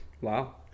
Wow